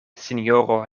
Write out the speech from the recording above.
sinjoro